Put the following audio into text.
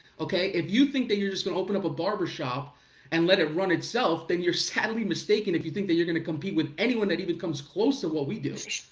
okay? if you think that you're just gonna open up a barber shop and let it run itself, then you're sadly mistaken. if you think that you're gonna compete with anyone that even comes close to what we do.